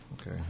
Okay